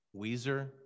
Weezer